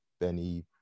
benny